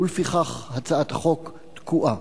ולפיכך הצעת החוק תקועה.